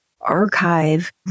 archive